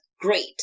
great